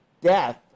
death